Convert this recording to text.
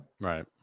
Right